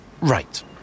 Right